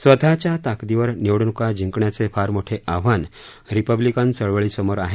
स्वतःच्या ताकदीवर निवडणुका जिंकण्याचे फार मोठे आव्हान रिपब्लिकन चळवळीसमोर आहे